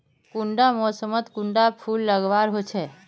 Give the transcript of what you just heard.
कुंडा मोसमोत कुंडा फुल लगवार होछै?